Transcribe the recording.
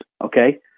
Okay